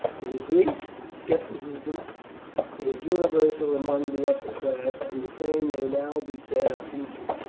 in greece scepticism is universal among the upper class, and the same may now be said of egypt.